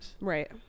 Right